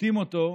כששוחטים אותו,